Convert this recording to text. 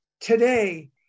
Today